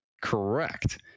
Correct